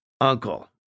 uncle